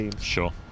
Sure